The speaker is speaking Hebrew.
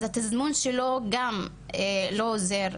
אז התזמון שלו גם לא עוזר.